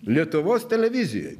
lietuvos televizijoj